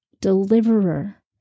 deliverer